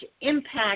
impact